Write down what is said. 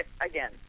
again